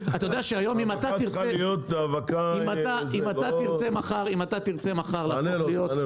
אתה יודע שהיום אם אתה תרצה --- ההאבקה צריכה להיות האבקה תענה לו.